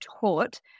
taught